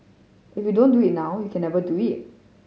if you don't do it now you can never do it